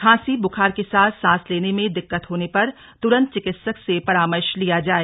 खांसी बुखार के साथ सांस लेने में दिक्कत होने पर तूरंत चिकित्सक से परामर्श लिया जाए